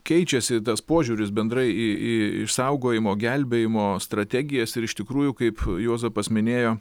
keičiasi tas požiūris bendrai į į į išsaugojimo gelbėjimo strategijas ir iš tikrųjų kaip juozapas minėjo